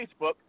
Facebook